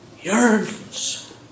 yearns